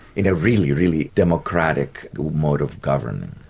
in a really, really democratic mode of government.